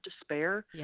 despair